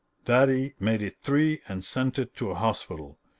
daddy made it three and sent it to a hospital.